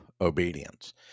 obedience